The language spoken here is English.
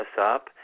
up